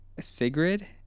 sigrid